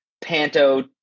Panto